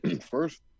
First